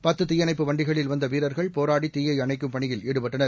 ப்தது தீயணைப்பு வண்டிகளில் வந்த வீரா்கள் போராடி தீயை அணைக்கும் பணியில் ஈடுபட்டனர்